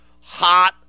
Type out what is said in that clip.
hot